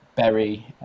Berry